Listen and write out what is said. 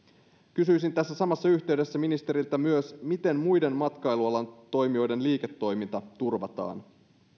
kysyisin tässä samassa yhteydessä ministeriltä myös miten muiden matkailualan toimijoiden liiketoiminta turvataan